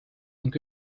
ning